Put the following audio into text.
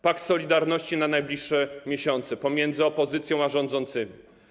Pakt solidarności na najbliższe miesiące pomiędzy opozycją a rządzącymi.